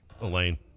elaine